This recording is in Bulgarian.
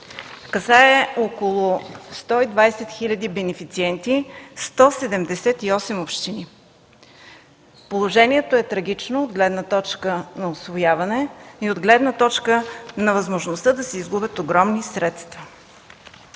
касае около 120 хиляди бенефициенти, 178 общини. Положението е трагично от гледна точка на усвояване и на възможността да се изгубят огромни средства.